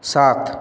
সাত